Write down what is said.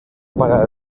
para